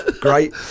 Great